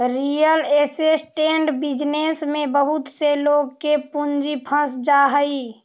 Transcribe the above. real estate business में बहुत से लोग के पूंजी फंस जा हई